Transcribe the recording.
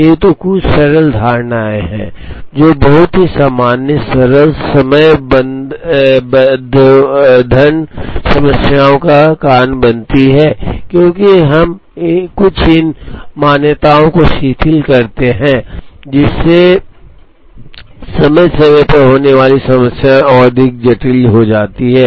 तो ये कुछ सरल धारणाएं हैं जो बहुत ही सामान्य सरल समयबद्धन समस्याओं का कारण बनती हैं क्योंकि हम इन कुछ मान्यताओं को शिथिल करते हैं जिससे समय समय पर होने वाली समस्याएं और अधिक जटिल हो जाती हैं